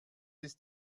ist